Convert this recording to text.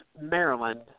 Maryland